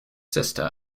sister